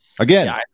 Again